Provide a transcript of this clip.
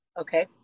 Okay